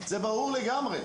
זה ברור לגמרי.